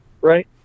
right